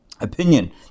opinion